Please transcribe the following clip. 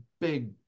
big